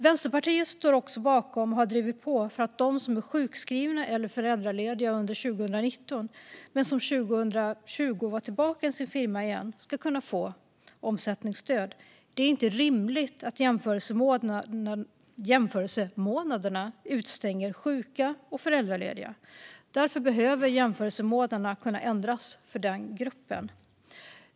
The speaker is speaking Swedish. Vänsterpartiet står också bakom och har drivit på för att de som var sjukskrivna eller föräldralediga under 2019, men som 2020 var tillbaka i sin firma igen, ska kunna få omsättningsstöd. Det är inte rimligt att jämförelsemånaderna utestänger sjuka och föräldralediga. Därför behöver jämförelsemånaderna kunna ändras för den gruppen.